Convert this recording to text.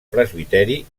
presbiteri